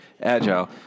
agile